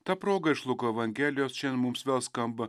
ta proga iš luko evangelijos šiandien mums vėl skamba